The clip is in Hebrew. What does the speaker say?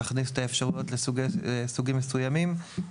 נכניס את האפשרויות לסוגים מסוימים.